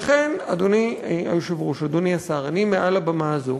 לכן, אדוני היושב-ראש, אדוני השר, מעל הבמה הזאת